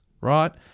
right